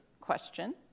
question